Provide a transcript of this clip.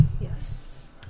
Yes